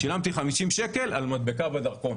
ושילמתי 50 שקלים על מדבקה בדרכון.